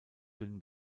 dünn